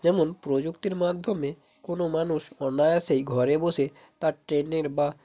যেমন প্রযুক্তির মাধ্যমে কোনো মানুষ অনায়াসেই ঘরে বসে তার ট্রেনের বা